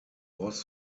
was